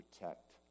protect